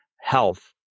health